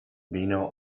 vino